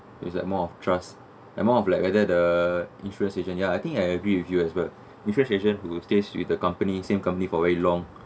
it's like more of trust like more of like whether the insurance agent ya I think I agree with you as well insurance agent who stays with a company same company for very long